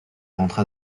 rentra